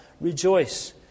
rejoice